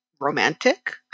romantic